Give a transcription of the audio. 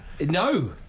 No